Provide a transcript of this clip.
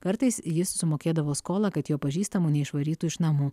kartais jis sumokėdavo skolą kad jo pažįstamų neišvarytų iš namų